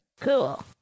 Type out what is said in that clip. Cool